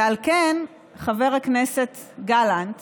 ועל כן, חבר הכנסת גלנט